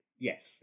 Yes